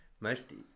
Mostly